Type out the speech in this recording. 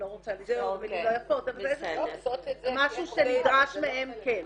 --- משהו שנדרש מהן כן,